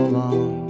long